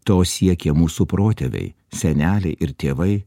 to siekė mūsų protėviai seneliai ir tėvai